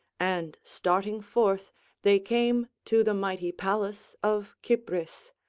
and starting forth they came to the mighty palace of cypris,